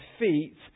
defeat